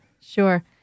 Sure